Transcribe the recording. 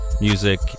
music